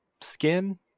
skin